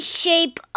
shape